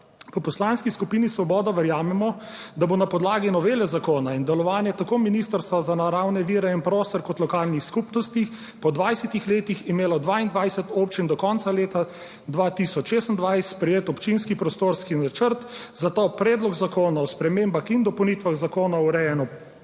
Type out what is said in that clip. V Poslanski skupini Svoboda verjamemo, da bo na podlagi novele zakona in delovanja tako Ministrstva za naravne vire in prostor kot lokalnih skupnosti po 20 letih imelo 22 občin do konca leta 2026 sprejet Občinski prostorski načrt, zato Predlog zakona o spremembah in dopolnitvah Zakona o urejanju